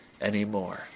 anymore